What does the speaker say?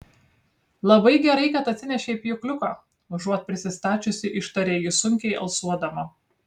labai gerai kad atsinešei pjūkliuką užuot prisistačiusi ištarė ji sunkiai alsuodama